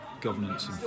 governance